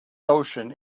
notion